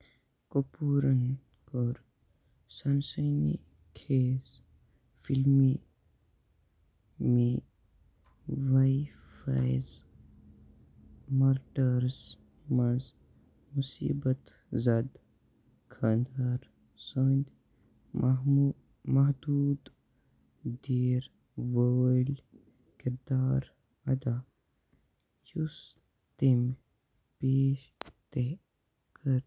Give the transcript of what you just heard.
کٔپوٗرن کٔر سنسنی خیز فِلمی میی واے فایس مٔرڈٲرٕس منٛز مُصیٖبت زد خانٛدار سٕنٛدۍ محدموٗد محدوٗد دیٖر وٲلۍ كِردار ادا یُس تٔمۍ پیش تہِ كٔر